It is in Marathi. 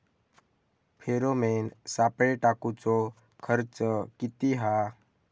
फेरोमेन सापळे टाकूचो खर्च किती हा?